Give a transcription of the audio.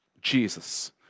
Jesus